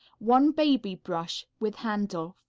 one baby brush, with handle.